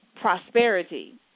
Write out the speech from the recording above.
prosperity